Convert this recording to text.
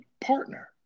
partner